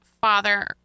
father